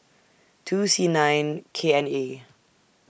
two C nine K N A